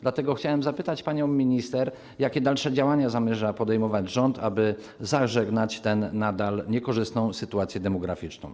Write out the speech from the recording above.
Dlatego chciałbym zapytać panią minister, jakie dalsze działania zamierza podejmować rząd, aby zażegnać tę nadal niekorzystną sytuację demograficzną.